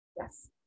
Yes